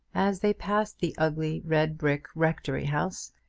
as they passed the ugly red-brick rectory-house,